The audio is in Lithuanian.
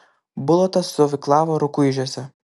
bulota stovyklavo rukuižiuose